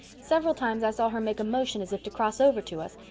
several times i saw her make a motion as if to cross over to us,